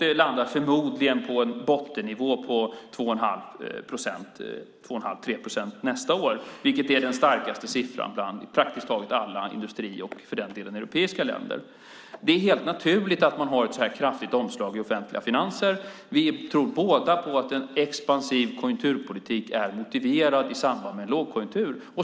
Det landar förmodligen på en bottennivå på 2 1⁄2-3 procent nästa år, vilket är den starkaste siffran bland praktiskt taget alla industriländer och för den delen europeiska länder. Det är helt naturligt att man har ett så här kraftigt omslag i offentliga finanser. Vi tror båda på att en expansiv konjunkturpolitik är motiverad i samband med en lågkonjunktur.